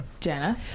Jenna